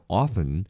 often